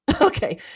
Okay